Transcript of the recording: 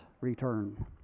return